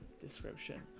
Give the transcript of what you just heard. description